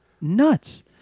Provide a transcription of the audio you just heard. nuts